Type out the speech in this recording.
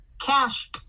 cash